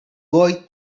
boy